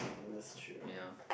that's true